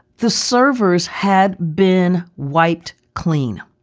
the servers had been wiped clean.